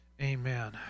Amen